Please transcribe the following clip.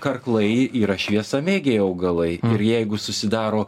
karklai yra šviesamėgiai augalai ir jeigu susidaro